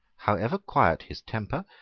however quiet his temper,